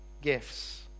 gifts